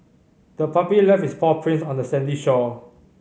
the puppy left its paw prints on the sandy shore